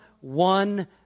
one